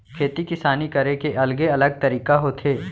खेती किसानी करे के अलगे अलग तरीका होथे